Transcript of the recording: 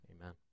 Amen